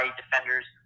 defenders